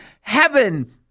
heaven